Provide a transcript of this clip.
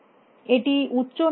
এটি উচ্চ না নিম্ন